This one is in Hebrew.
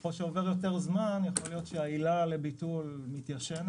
ככל שעובר יותר זמן יכול להית שהעילה לביטול מתיישנת,